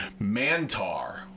Mantar